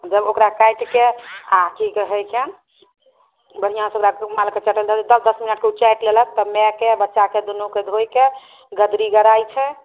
जब ओकरा काटिके आ अथीके हए के बढ़िआँ से ओकरा दुनू माल के चाटए लै दऽ देबै दश मिनट खूब चाटि लेलक तब मायके बच्चाकेँ दुन्नूके धोयकेँ गदरी गड़ाय छै